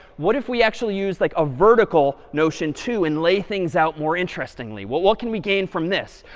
what if we actually use like a vertical notion too and lay things out more interestingly. what what can we gain from this?